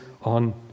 on